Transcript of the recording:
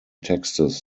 texts